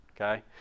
okay